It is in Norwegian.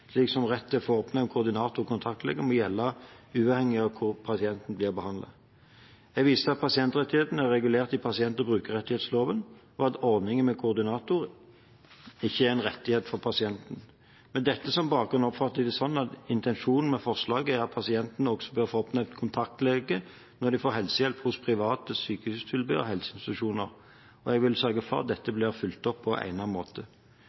slik som rett til å få oppnevnt koordinator og kontaktlege, må gjelde uavhengig av hvor pasienten blir behandlet.» Jeg viser til at pasientrettighetene er regulert i pasient- og brukerrettighetsloven, og at ordningen med koordinator ikke er en rettighet for pasientene. Med dette som bakgrunn oppfatter jeg det slik at intensjonen med forslaget er at pasientene også bør få oppnevnt kontaktlege når de får helsehjelp hos private sykehustilbydere/helseinstitusjoner. Jeg vil sørge for at dette blir fulgt opp på en egnet måte.